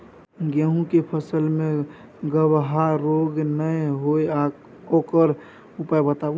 गेहूँ के फसल मे गबहा रोग नय होय ओकर उपाय बताबू?